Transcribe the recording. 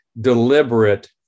deliberate